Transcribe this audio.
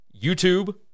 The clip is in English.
YouTube